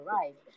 arrived